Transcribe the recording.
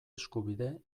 eskubide